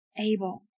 able